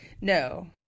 no